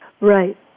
Right